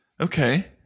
Okay